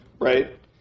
right